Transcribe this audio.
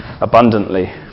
abundantly